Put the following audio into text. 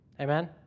Amen